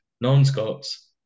non-Scots